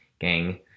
gang